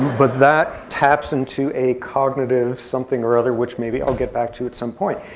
but that taps into a cognitive something or other, which maybe i'll get back to at some point.